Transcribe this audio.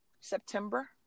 September